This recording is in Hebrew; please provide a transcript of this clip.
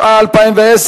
התשע"א 2010,